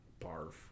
Barf